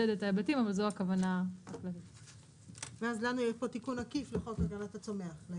ואז לנו יהיה פה תיקון עקיף לחוק הגנת הצומח.